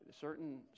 Certain